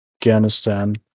Afghanistan